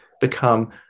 become